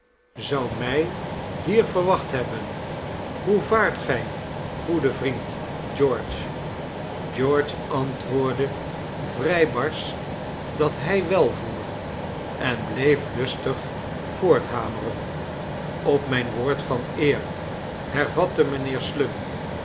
zou mij hier verwacht hebben hoe vaart gij goede vriend george george antwoordde vrij barsch dat hij wel voer en bleef lustig voorthameren op mijn woord van eer hervatte mijnheer slum